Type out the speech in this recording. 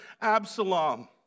Absalom